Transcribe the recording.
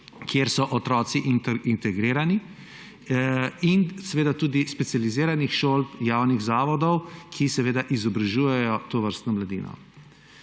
kjer so otroci integrirani, in tudi specializiranih šol, javnih zavodov, ki izobražujejo tovrstno mladino.